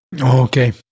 Okay